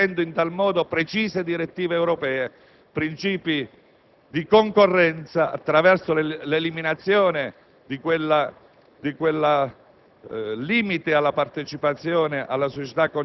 dalle società concessionarie; introdurre, recependo in tal modo precise direttive europee, princìpi di concorrenza, attraverso l'eliminazione di quel